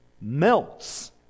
melts